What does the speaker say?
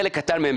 חלק קטן מהם,